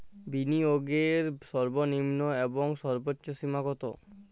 বিনিয়োগের সর্বনিম্ন এবং সর্বোচ্চ সীমা কত?